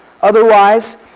Otherwise